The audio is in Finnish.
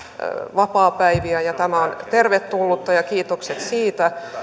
vapaapäiviä ja tämä on tervetullutta ja kiitokset siitä